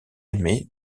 aimé